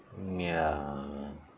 mm ya